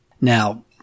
Now